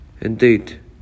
Indeed